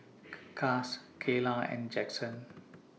Cass Kaylah and Jaxon